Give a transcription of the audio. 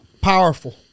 powerful